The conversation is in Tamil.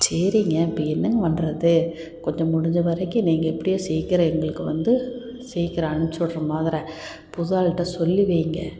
சரிங்க இப்போ என்னங்க பண்றது கொஞ்சம் முடிஞ்ச வரைக்கும் நீங்கள் எப்படியோ சீக்கிரம் எங்களுக்கு வந்து சீக்கிரம் அனுப்பிச்சு விட்ற மாதர புது ஆள்கிட்ட சொல்லி வைங்க